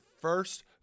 first